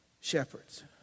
shepherds